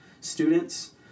students